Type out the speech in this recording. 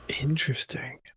Interesting